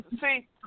See